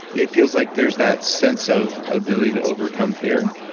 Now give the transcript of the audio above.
it feels like there's that sense of ability to overcome fear.